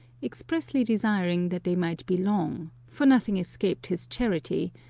expressly desiring that they might be long, for nothing escaped his charity,